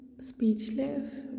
speechless